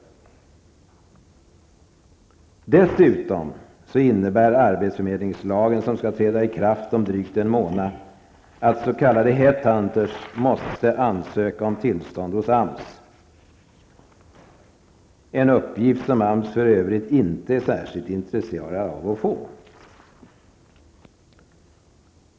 Dessutom innebär den arbetsförmedlingslag som skall träda i kraft om drygt en månad att s.k. headhunters måste ansöka om tillstånd hos AMS. Det är för övrigt en uppgift som AMS inte är särskilt intresserad av att få.